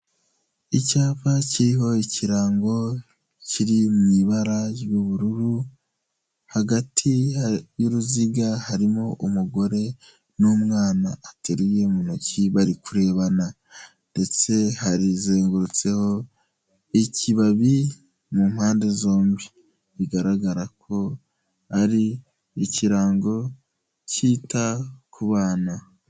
Icyapa kiriho ikirango kiri mw’ibara ry'ubururu hagati y'uruziga harimo umugore n'umwana ateruye mu ntoki bari kurebana ndetse hazengurutseho ikibabi mu mpande zombi bigaragara ko ari ikirango cyita ku bana.